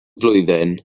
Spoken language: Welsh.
flwyddyn